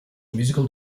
musical